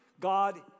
God